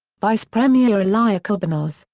vice-premier ilya klebanov,